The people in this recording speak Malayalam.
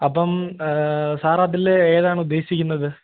അപ്പം സാര് അതില് ഏതാണുദ്ദേശിക്കുന്നത്